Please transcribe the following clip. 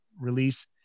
release